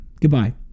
Goodbye